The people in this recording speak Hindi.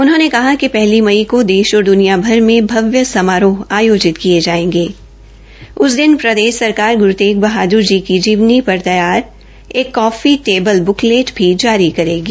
उन्होंने कहा कि पहली मई को देश और द्रनिया भर में भव्य समारोह आयोजित किए जाएंगे उस दिन हरियाणा सरकार ग्रु तेग बहाद्र जी की जीवनी पर तैयार एक कॉफी टेबल ब्कलेट जारी करेगी